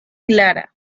clara